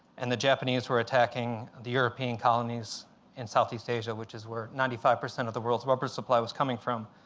and the japanese were attacking the european colonies in southeast asia, which is where ninety five percent of the world's rubber supply was coming from.